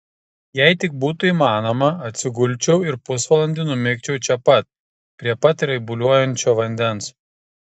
jei tik būtų įmanoma atsigulčiau ir pusvalandį numigčiau čia pat prie pat raibuliuojančio vandens